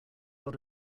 lot